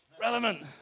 relevant